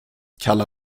kalla